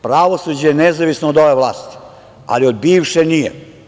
Pravosuđe je nezavisno od ove vlasti, ali od bivše nije.